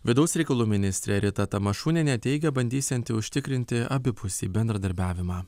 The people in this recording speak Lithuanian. vidaus reikalų ministrė rita tamašunienė teigia bandysianti užtikrinti abipusį bendradarbiavimą